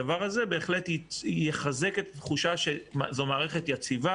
הדבר הזה בהחלט יחזק את התחושה שזו מערכת יציבה,